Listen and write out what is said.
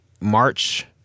march